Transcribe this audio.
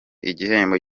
igihembo